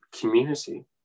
community